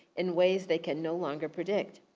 in ways they can no longer predict.